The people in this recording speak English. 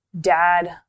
dad